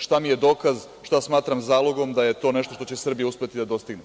Šta mi je dokaz, šta smatram zalogom da je to nešto što će Srbija uspeti da dostigne?